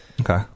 Okay